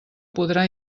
podrà